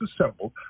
assembled